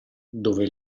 dove